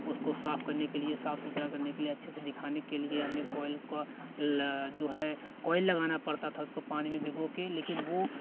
उसको साफ करने के लिए साफ सुथरा करने के लिए अच्छे से दिखाने के लिए हमें कॉइल का ला जो है कॉइल लगाना पड़ता था उसको पानी में भिगो के लेकिन वो